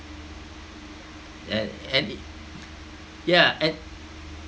and and it ya and